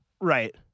Right